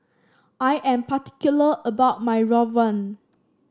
I am particular about my rawon